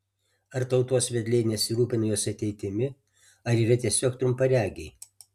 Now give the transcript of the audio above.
ar tautos vedliai nesirūpina jos ateitimi ar yra tiesiog trumparegiai